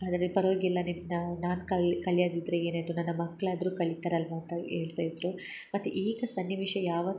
ಆದರೆ ಪರವಾಗಿಲ್ಲ ನಿಮ್ಮ ನಾನು ಕಲಿಯದಿದ್ದರೆ ಏನಾಯಿತು ನನ್ನ ಮಕ್ಳಾದರೂ ಕಲಿತರಲ್ಲವಾ ಅಂತ ಹೇಳ್ತಾರಯಿದ್ದರು ಮತ್ತು ಈಗ ಸನ್ನಿವೇಶ ಯಾವ